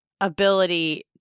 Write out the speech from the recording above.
ability